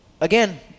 Again